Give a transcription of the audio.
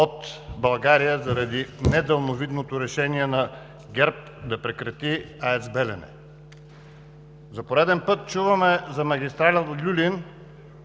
от България заради недалновидното решение на ГЕРБ да прекрати АЕЦ „Белене“. За пореден път чуваме за магистрала „Люлин“